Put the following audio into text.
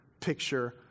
picture